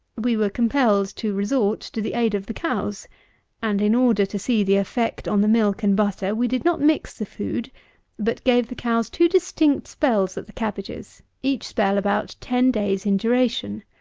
we were compelled to resort to the aid of the cows and, in order to see the effect on the milk and butter, we did not mix the food but gave the cows two distinct spells at the cabbages, each spell about ten days in duration.